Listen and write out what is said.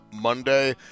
Monday